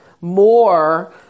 more